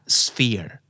sphere